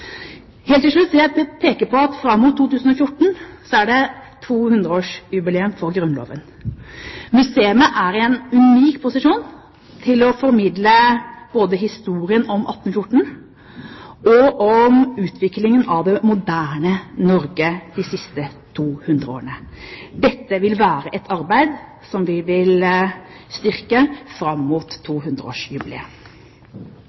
Helt til slutt vil jeg peke på at det i 2014 er 200-årsjubileum for Grunnloven. Museet er i en unik posisjon til å formidle både historien om 1814 og utviklingen av det moderne Norge de siste 200 årene. Dette vil være et arbeid som vi vil styrke fram mot